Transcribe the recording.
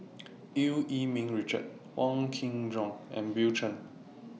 EU Yee Ming Richard Wong Kin Jong and Bill Chen